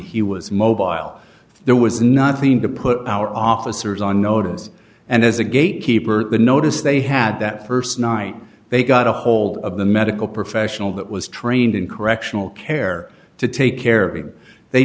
mobile there was nothing to put our officers on notice and as a gatekeeper the notice they had that st night they got a hold of the medical professional that was trained in correctional care to take care of him they